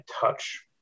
touch